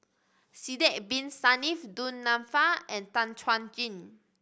Sidek Bin Saniff Du Nanfa and Tan Chuan Jin